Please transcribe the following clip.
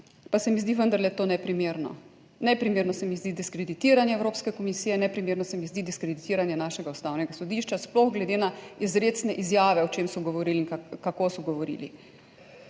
pa se mi zdi vendarle to neprimerno. Neprimerno se mi zdi diskreditiranje Evropske komisije, neprimerno se mi zdi diskreditiranje našega Ustavnega sodišča, sploh glede na izrecne izjave, o čem so govorili, kako so govorili.